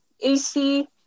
AC